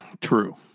True